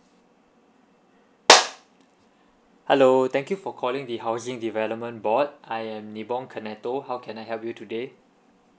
hello thank you for calling the housing development board I am nibong kenato how can I help you today